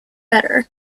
better